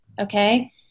okay